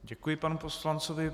Děkuji panu poslanci.